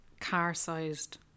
car-sized